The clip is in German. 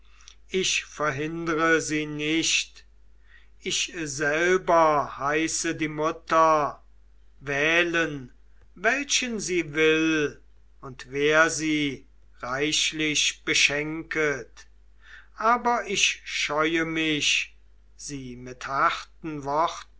ich verhindre sie nicht ich selber heiße die mutter wählen welchen sie will und wer sie reichlich beschenket aber ich scheue mich sie mit harten worten